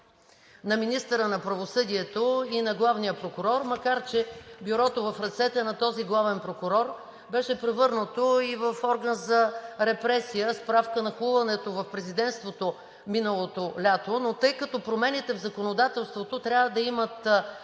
на министъра на правосъдието и на главния прокурор, макар че Бюрото в ръцете на този главен прокурор беше превърнато и в орган за репресия, справка – нахлуването в Президентството миналото лято. Но тъй като промените в законодателството трябва да имат траен